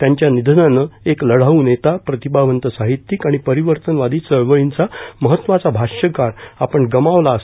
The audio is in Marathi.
त्यांच्या निधनाने एक लढाऊ नेता प्रतिभावंत साहित्यिक आणि परिवर्तनवादी चळवळींचा महत्त्वाचा भाष्यकार आपण गमावला आहे